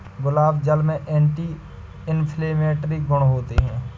गुलाब जल में anti inflammatory गुण होते हैं